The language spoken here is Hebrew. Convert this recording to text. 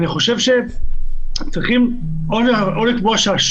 אני חושב שצריך לקבוע שהשופט,